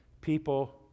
people